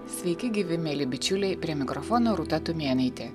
sveiki gyvi mieli bičiuliai prie mikrofono rūta tumėnaitė